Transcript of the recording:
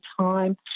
time